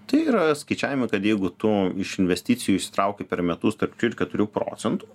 tai yra skaičiavimai kad jeigu tu iš investicijų išsitrauki per metus tarp trijų ir keturių procentų